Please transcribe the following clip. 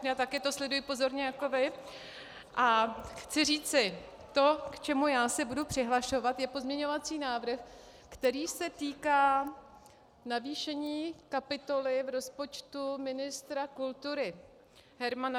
Já také to sleduji pozorně jako vy a chci říci: To, k čemu já se budu přihlašovat, je pozměňovací návrh, který se týká navýšení kapitoly v rozpočtu ministra kultury Hermana.